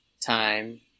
time